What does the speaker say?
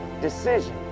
decision